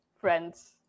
friends